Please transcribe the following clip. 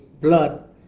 blood